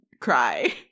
cry